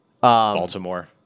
Baltimore